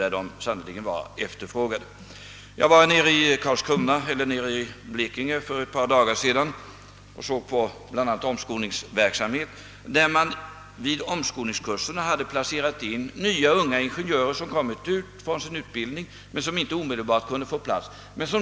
Där fanns det sannerligen efterfrågan. För ett par dagar sedan var jag nere i Blekinge och såg bl.a. omskolningsverksamhet. Man hade i omskolningskurserna placerat ingenjörer som just blivit klara med sin utbildning men inte omedelbart kunnat få plats.